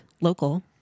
local